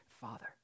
Father